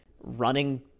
running